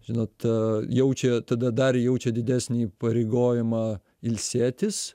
žinot jaučia tada dar jaučia didesnį įpareigojimą ilsėtis